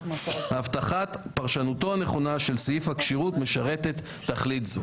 הבטחת פרשנותו הנכונה של סעיף הכשירות משרתת תכלית זו.